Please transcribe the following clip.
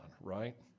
right